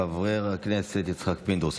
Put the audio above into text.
חבר הכנסת יצחק פינדרוס,